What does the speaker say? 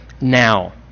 now